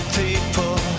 people